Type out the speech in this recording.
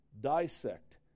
dissect